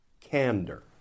candor